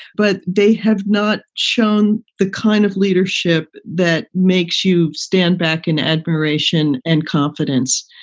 but they have not shown the kind of leadership that makes you stand back and admiration and confidence.